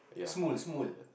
small small